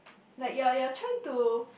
like you are you are trying to